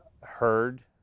heard